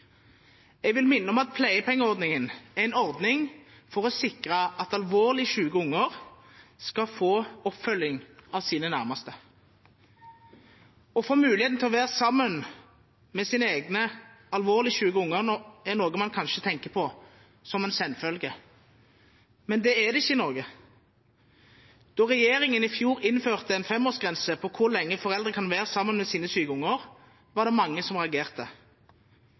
Jeg vil minne om at pleiepengeordningen er en ordning for å sikre at alvorlig syke unger skal få oppfølging av sine nærmeste. Å få muligheten til å være sammen med sine egne alvorlig syke unger er noe man kanskje tenker på som en selvfølge. Men sånn er det ikke i Norge. Da regjeringen i fjor innførte en femårsgrense for hvor lenge foreldre kan være sammen med sine syke unger, var det mange som reagerte. Først og fremst reagerte familiene selv. Men heldigvis reagerte